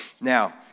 Now